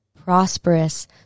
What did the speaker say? prosperous